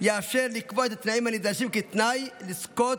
יאפשר לקבוע את התנאים הנדרשים כתנאי לזכות